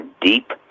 deep